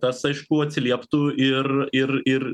tas aišku atsilieptų ir ir ir